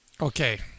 Okay